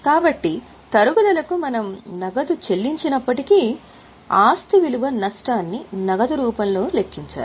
కాబట్టి తరుగుదలకు మనం నగదు చెల్లించనప్పటికీ ఆస్తి విలువ నష్టాన్ని నగదు రూపంలో లెక్కించాలి